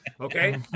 okay